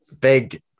Big